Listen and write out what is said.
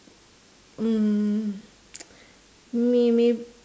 mm may may